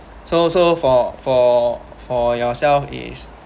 so so for for for yourself is